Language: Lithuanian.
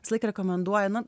visąlaik rekomenduoju nu